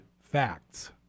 facts